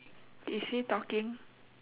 is he talking